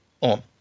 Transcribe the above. on